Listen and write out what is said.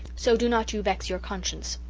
so do not you vex your conscience.